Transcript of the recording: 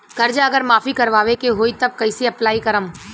कर्जा अगर माफी करवावे के होई तब कैसे अप्लाई करम?